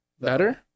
Better